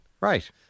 Right